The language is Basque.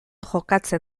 jokatzen